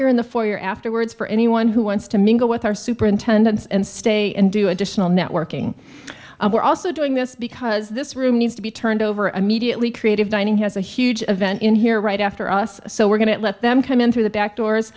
here in the foyer afterwards for anyone who wants to mingle with our superintendents and stay and do additional networking and we're also doing this because this room needs to be turned over immediately creative dining has a huge event in here right after us so we're going to let them come in through the back doors